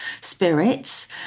spirits